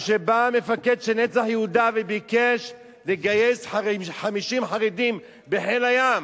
כשבא המפקד של "נצח יהודה" וביקש לגייס 50 חרדים לחיל הים,